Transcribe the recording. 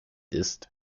ist